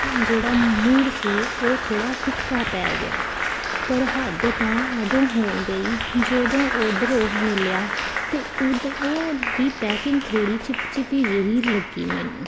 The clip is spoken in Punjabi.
ਜਿਹੜਾ ਮੂਡ ਸੀ ਉਹ ਥੋੜ੍ਹਾ ਫਿੱਕਾ ਪੈ ਗਿਆ ਪਰ ਹੱਦ ਤਾਂ ਉਦੋਂ ਹੋ ਗਈ ਜਦੋਂ ਔਡਰ ਮਿਲਿਆ ਅਤੇ ਉਹਦੀ ਉਹ ਦੀ ਪੈਕਿੰਗ ਥੋੜ੍ਹੀ ਚਿਪਚਿਪੀ ਜਿਹੀ ਲੱਗੀ ਮੈਨੂੰ